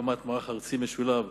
הקמת מערך ארצי משולב,